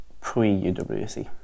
pre-UWC